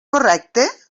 correcte